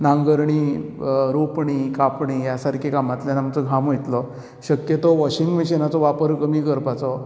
नांगरणी रोंपणी कापणी ह्या सारकी कामांतल्यान आमचो घाम वयतलो शक्यतो वॉशींग मशीनाचो वापर कमी करपाचो